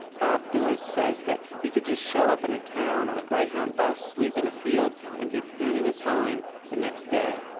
bob deur says that he could just show up in a town on a greyhound bus, sleep in a field and be painting a sign the next day.